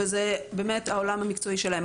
זה באמת העולם המקצועי שלהם.